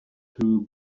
two